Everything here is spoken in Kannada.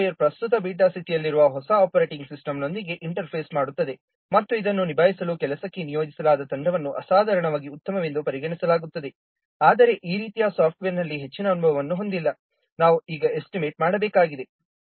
ಸಾಫ್ಟ್ವೇರ್ ಪ್ರಸ್ತುತ ಬೀಟಾ ಸ್ಥಿತಿಯಲ್ಲಿರುವ ಹೊಸ ಆಪರೇಟಿಂಗ್ ಸಿಸ್ಟಮ್ನೊಂದಿಗೆ ಇಂಟರ್ಫೇಸ್ ಮಾಡುತ್ತದೆ ಮತ್ತು ಇದನ್ನು ನಿಭಾಯಿಸಲು ಕೆಲಸಕ್ಕೆ ನಿಯೋಜಿಸಲಾದ ತಂಡವನ್ನು ಅಸಾಧಾರಣವಾಗಿ ಉತ್ತಮವೆಂದು ಪರಿಗಣಿಸಲಾಗುತ್ತದೆ ಆದರೆ ಈ ರೀತಿಯ ಸಾಫ್ಟ್ವೇರ್ನಲ್ಲಿ ಹೆಚ್ಚಿನ ಅನುಭವವನ್ನು ಹೊಂದಿಲ್ಲ ನಾವು ಈಗ ಎಸ್ಟಿಮೇಟ್ ಮಾಡಬೇಕಾಗಿದೆ